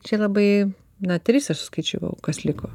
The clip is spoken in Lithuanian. čia labai na tris aš suskaičiavau kas liko